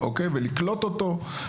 ולקלוט אותו,